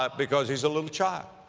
but because he's a little child.